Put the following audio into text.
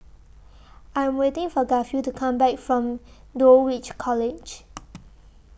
I Am waiting For Garfield to Come Back from Dulwich College